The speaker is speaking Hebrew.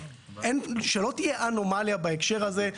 שלא תהיה אנומליה בהקשר הזה,